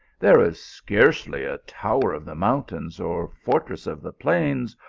there is scarcely a tower of the mountains, or fortress of the plains,